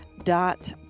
dot